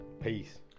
Peace